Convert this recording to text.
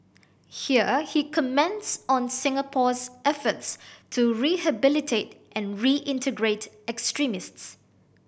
here he comments on Singapore's efforts to rehabilitate and reintegrate extremists